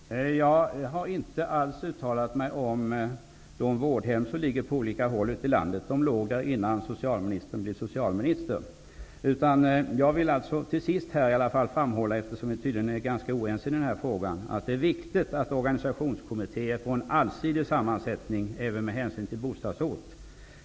Herr talman! Jag har inte alls uttalat mig om de vårdhem som ligger på olika håll ute i landet. De låg där innan Bengt Westerberg blev socialminister. Eftersom vi tydligen är ganska oense i denna fråga vill jag här till sist framhålla att det är viktigt att organisationskommittéer får en allsidig sammansättning även med hänsyn till bostadsort.